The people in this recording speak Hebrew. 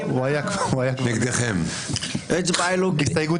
הצבעה מס' 6 בעד ההסתייגות